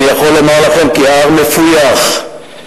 אני יכול לומר לכם כי ההר מפויח ועדיין